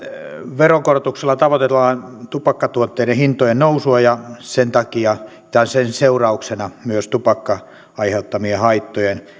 veronkorotuksella tavoitellaan tupakkatuotteiden hintojen nousua ja sen seurauksena myös tupakan aiheuttamien haittojen